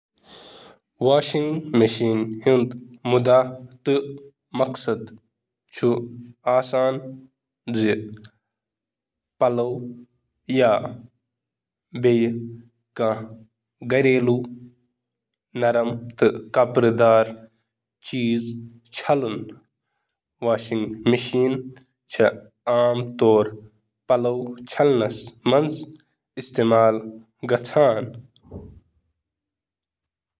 Washing مشینہِ ہُنٛد بُنیٲدی مقصد چھُ پَلو تہٕ باقی کَپُر صاف کرُن۔ واشنگ مشینہٕ چھِ پلو منٛزٕ گندٕ کڑنہٕ خٲطرٕ آب تہٕ صابن استعمال کران۔